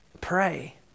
pray